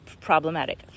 problematic